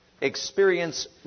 experience